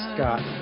Scott